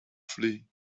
flee